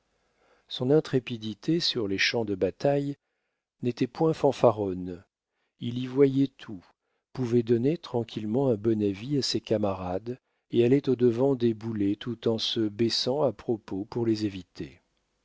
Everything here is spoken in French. son intrépidité sur les champs de bataille n'était point fanfaronne il y voyait tout pouvait donner tranquillement un bon avis à ses camarades et allait au-devant des boulets tout en se baissant à propos pour les éviter